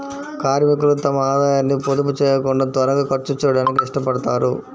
కార్మికులు తమ ఆదాయాన్ని పొదుపు చేయకుండా త్వరగా ఖర్చు చేయడానికి ఇష్టపడతారు